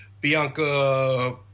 Bianca